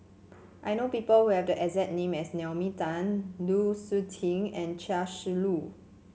I know people who have the exact name as Naomi Tan Lu Suitin and Chia Shi Lu